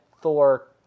Thor